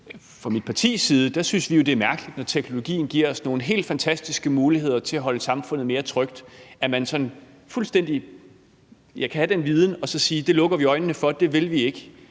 fra mit partis side synes vi jo, det er mærkeligt, at når teknologien giver os nogle helt fantastiske muligheder til at holde samfundet mere trygt, kan man sådan fuldstændig have den viden og så sige: Det lukker vi øjnene for; det vil vi ikke.